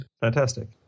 Fantastic